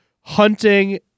hunting